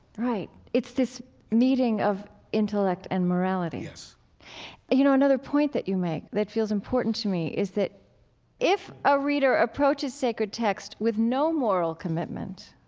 right. it's this meeting of intellect and morality yes you know, another point that you make that feels important to me is that if a reader approaches sacred text with no moral commitment,